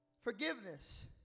forgiveness